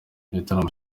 igitaramo